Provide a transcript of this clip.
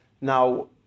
now